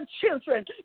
children